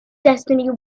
destiny